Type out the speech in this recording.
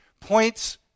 points